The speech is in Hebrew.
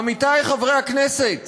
עמיתי חברי הכנסת,